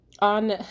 On